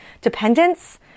dependence